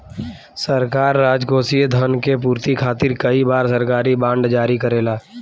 सरकार राजकोषीय धन के पूर्ति खातिर कई बार सरकारी बॉन्ड जारी करेला